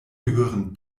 gehören